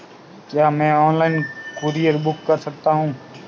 क्या मैं online courier book कर सकता हूँ?